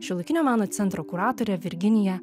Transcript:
šiuolaikinio meno centro kuratore virginija